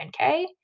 10k